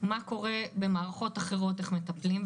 מה קורה במערכות אחרות ואיך מטפלים.